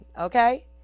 Okay